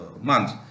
months